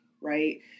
right